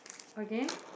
okay